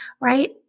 right